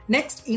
Next